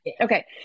Okay